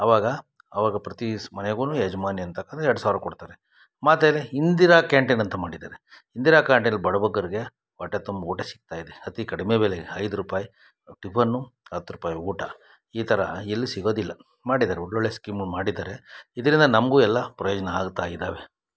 ಅವಾಗ ಅವಾಗ ಪ್ರತೀ ಮನೆಗು ಯಜಮಾನಿ ಅಂತ ಅಂದರೆ ಎರಡು ಸಾವಿರ ಕೊಡ್ತಾರೆ ಮತ್ತು ಇಂದಿರಾ ಕ್ಯಾಂಟೀನ್ ಅಂತ ಮಾಡಿದ್ದಾರೆ ಇಂದಿರಾ ಕಾಂಟಿನ ಬಡ ಬಗ್ಗರಿಗೆ ಹೊಟ್ಟೆ ತುಂಬ ಊಟ ಸಿಗ್ತಾ ಇದೆ ಅತಿ ಕಡಿಮೆ ಬೆಲೆಗೆ ಐದು ರೂಪಾಯಿ ಟಿಫನ್ನು ಹತ್ತು ರೂಪಾಯಿ ಊಟ ಈ ಥರ ಎಲ್ಲ ಸಿಗೋದಿಲ್ಲ ಮಾಡಿದ್ದಾರೆ ಒಳ್ಳೊಳ್ಳೆಯ ಸ್ಕೀಮು ಮಾಡಿದ್ದಾರೆ ಇದರಿಂದ ನಮಗೂ ಎಲ್ಲ ಪ್ರಯೋಜನ ಆಗ್ತಾ ಇದ್ದಾವೆ